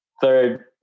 third